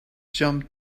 jump